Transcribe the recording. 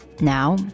Now